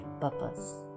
purpose